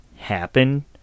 happen